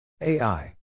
AI